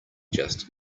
just